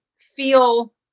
feel